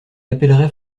appellerait